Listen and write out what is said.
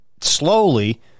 slowly